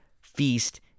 Feast